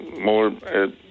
more